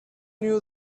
knew